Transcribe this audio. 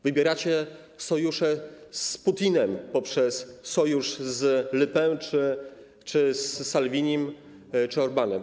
Wybieracie sojusz z Putinem poprzez sojusze z Le Pen, Salvinim czy Orbánem.